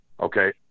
Okay